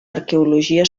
arqueologia